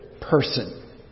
person